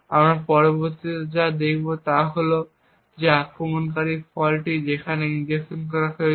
আমরা পরবর্তীতে যা দেখাব তা হল যে আক্রমণকারী ফল্টটি যেখানে ইনজেকশন করা হয়েছে